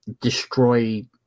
destroy